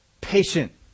patient